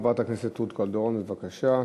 חברת הכנסת רות קלדרון, בבקשה.